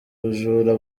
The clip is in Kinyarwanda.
bajura